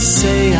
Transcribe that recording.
say